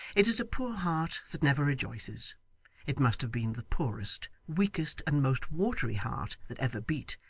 it is a poor heart that never rejoices it must have been the poorest, weakest, and most watery heart that ever beat,